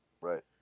Right